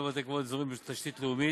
הגדרת בתי-קברות אזוריים כתשתית לאומית).